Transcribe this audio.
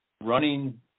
running